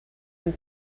and